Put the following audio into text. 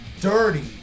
dirty